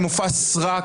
הם מופע סרק.